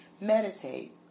Meditate